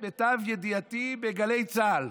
שירת, למיטב ידיעתי, בגלי צה"ל.